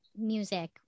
music